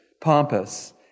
pompous